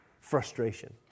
frustration